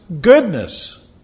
goodness